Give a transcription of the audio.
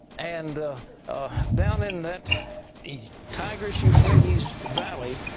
and down in that tigris, euphrates valley,